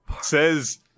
says